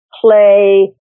play